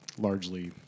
largely